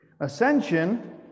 ascension